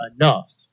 enough